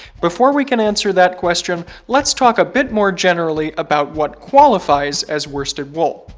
before we can answer that question, let's talk a bit more generally about what qualifies as worsted wool.